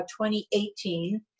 2018